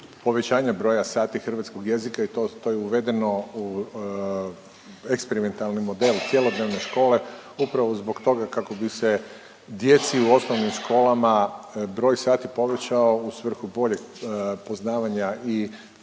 povećanja broja sati hrvatskog jezika i to je uvedeno u eksperimentalni model cjelodnevne škole upravo zbog toga kako bi se djeci u osnovnim školama broj sati povećao u svrhu boljeg poznavanja i usvajanja